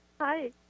Hi